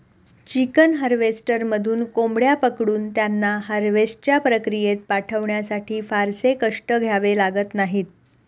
chicken हार्वेस्टरमधून कोंबड्या पकडून त्यांना हार्वेस्टच्या प्रक्रियेत पाठवण्यासाठी फारसे कष्ट घ्यावे लागत नाहीत